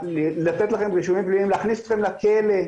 לתת לכם רישומים פליליים, להכניס אתכם לכלא.